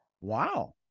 wow